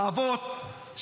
העבים,